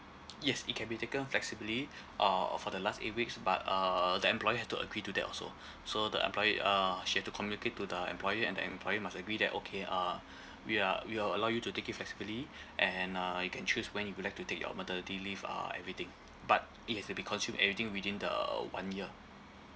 yes it can be taken flexibly uh or for the last eight weeks but uh the employer had to agree to that also so the employ~ uh she had to communicate to the employer and the employer must agree that okay uh we are we'll allow you to take it flexibly and uh you can choose when you would like to take your maternity leave uh everything but it has to be consumed everything within the one year